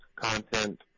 content